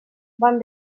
van